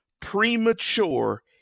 premature